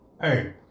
hey